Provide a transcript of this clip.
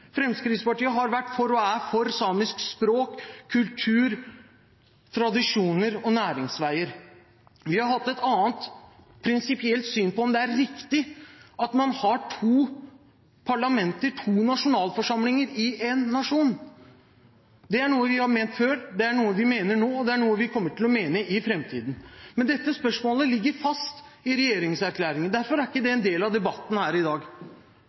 Fremskrittspartiet har vært for og er for samisk språk, kultur, tradisjon og næringsveier. Vi har hatt et annet prinsipielt syn på om det er riktig at man har to parlamenter, to nasjonalforsamlinger, i én nasjon. Det er noe vi har ment før, det er noe vi mener nå, og det er noe vi kommer til å mene i framtiden. Dette spørsmålet ligger fast i regjeringserklæringen, og derfor er det ikke en del av debatten her i dag.